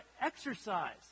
exercise